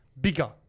bigger